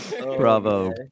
Bravo